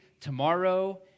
tomorrow